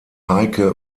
heike